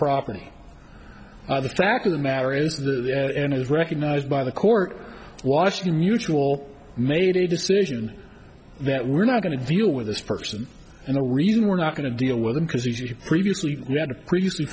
property the fact of the matter is the end is recognized by the court washington mutual made a decision that we're not going to deal with this person and the reason we're not going to deal with them because you previously